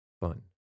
fun